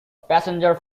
passenger